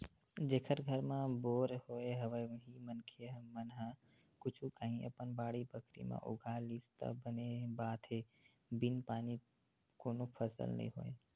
जेखर घर म बोर होय हवय उही मनखे मन ह कुछु काही अपन बाड़ी बखरी म उगा लिस त बने बात हे बिन पानी कोनो फसल नइ होय